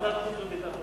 ועדת חוץ וביטחון.